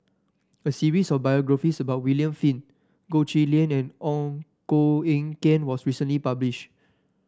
a series of biographies about William Flint Goh Chiew Lye and On Koh Eng Kian was recently published